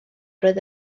roedd